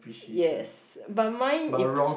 yes but mine if